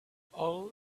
all